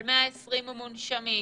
על 120 מונשמים,